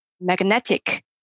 magnetic